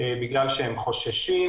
בגלל שהם חוששים,